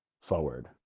forward